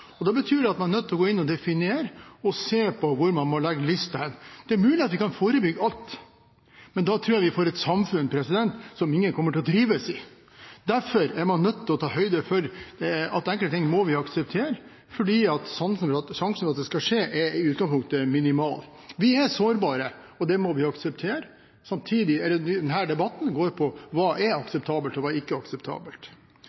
men da tror jeg vi får et samfunn som ingen kommer til å trives i. Derfor er man nødt til å ta høyde for at enkelte ting må vi akseptere fordi sjansen for at det skal skje, i utgangspunktet er minimal. Vi er sårbare og det må vi akseptere. Samtidig går denne debatten på hva som er